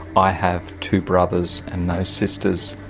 i have two brothers and no sisters.